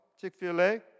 Chick-fil-A